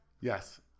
Yes